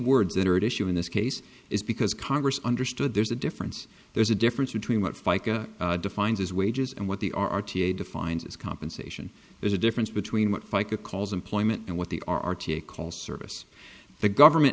are at issue in this case is because congress understood there's a difference there's a difference between what fica defines as wages and what the r t a defines as compensation there's a difference between what fica calls employment and what they are to call service the government